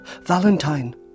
Valentine